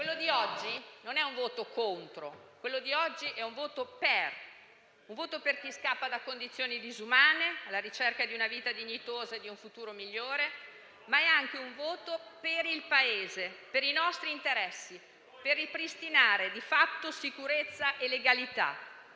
quello di oggi non è un voto contro, quello di oggi è un voto per: un voto per chi scappa da condizioni disumane alla ricerca di una vita dignitosa e di un futuro migliore, ma è anche un voto per il Paese, per i nostri interessi, per ripristinare di fatto sicurezza e legalità;